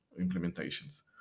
implementations